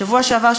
בשבוע שעבר,